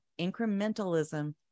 incrementalism